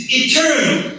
eternal